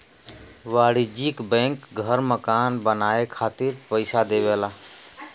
वाणिज्यिक बैंक घर मकान बनाये खातिर पइसा देवला